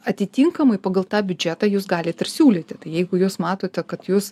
atitinkamai pagal tą biudžetą jūs galit ir siūlyti tai jeigu jūs matote kad jūs